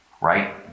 right